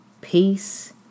Peace